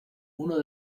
uno